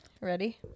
ready